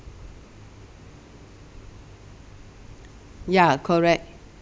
ya correct